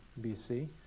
BC